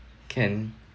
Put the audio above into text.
can